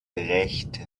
rechte